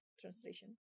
translation